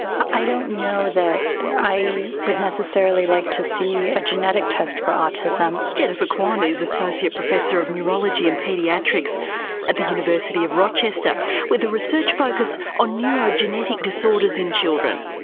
i don't know that i would necessarily like to see a genetic test for autism. jennifer kwon is associate professor of neurology and paediatrics at the university of rochester with a research focus on neurogenetic disorders in children.